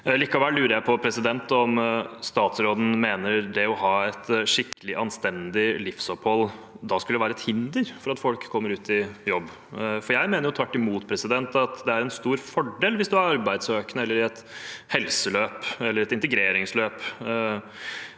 lurer jeg på om statsråden mener det å ha et skikkelig, anstendig livsopphold skulle være et hinder for at folk kommer i jobb. Jeg mener tvert imot at det er en stor fordel hvis man er arbeidssøkende eller i et helseløp